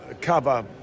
cover